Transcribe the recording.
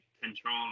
control